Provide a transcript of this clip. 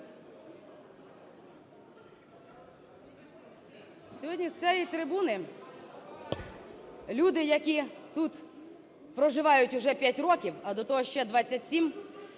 Сьогодні з цієї трибуни люди, які тут "проживають" уже 5 років, а до того ще 27,